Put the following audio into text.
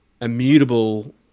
Immutable